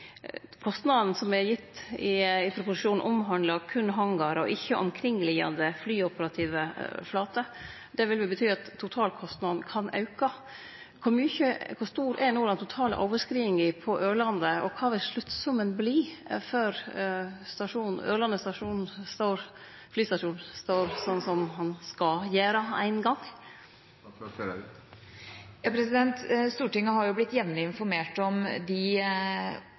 Kostnaden som er gitt i proposisjonen, omhandlar berre hangarar og ikkje omkringliggjande flyoperative flater. Det vil bety at totalkostnaden kan auke. Kor stor er no den totale overskridinga på Ørland, og kva vil sluttsummen verte før Ørland flystasjon står ferdig slik som han skal gjere ein gong? Stortinget har blitt jevnlig informert om de